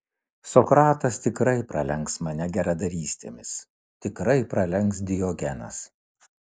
sokratas tikrai pralenks mane geradarystėmis tikrai pralenks diogenas